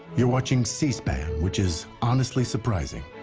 you're watching c-span. which is honestly surprising.